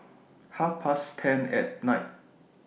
Half Past ten At Night